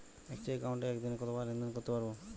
একটি একাউন্টে একদিনে কতবার লেনদেন করতে পারব?